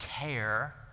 care